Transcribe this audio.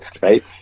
right